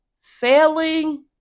failing